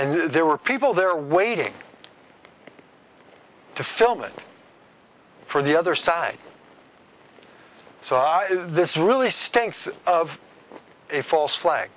and there were people there waiting to film it for the other side so this really stinks of a false flag